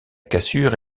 cassure